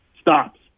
Stops